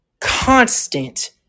constant